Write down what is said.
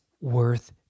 worth